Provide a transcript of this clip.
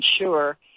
sure